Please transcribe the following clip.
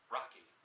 Rocky